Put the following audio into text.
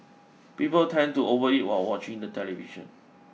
people tend to overeat while watching the television